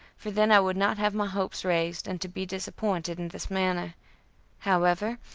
for then i would not have my hopes raised, and to be disappointed in this manner however,